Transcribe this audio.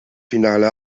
finale